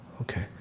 Okay